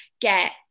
get